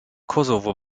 kosovo